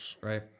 Right